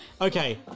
Okay